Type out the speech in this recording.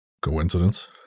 Coincidence